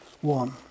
one